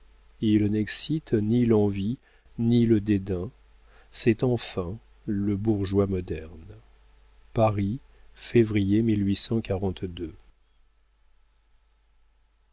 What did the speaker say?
il n'excite ni l'envie ni le dédain c'est enfin le bourgeois moderne paris février